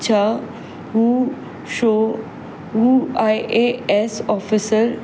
छा उहो शो उहो आईएएस ऑफिसर